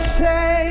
say